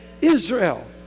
Israel